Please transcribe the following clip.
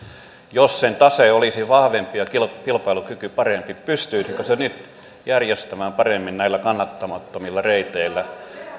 jos sen tase olisi vahvempi ja kilpailukyky parempi pystyisikö se nyt järjestämään paremmin näillä kannattamattomilla reiteillä